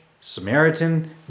Samaritan